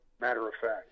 matter-of-fact